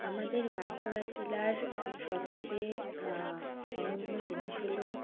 আমাদের বাঁকুড়া জেলার সবচেয়ে অনন্য জিনিস হলো